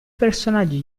personaggi